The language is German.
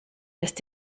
lässt